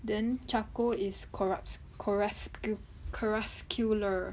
then charcoal is corpuscular